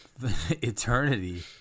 Eternity